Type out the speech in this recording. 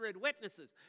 witnesses